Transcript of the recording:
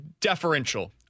deferential